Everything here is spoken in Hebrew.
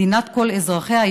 מדינת כל אזרחיה,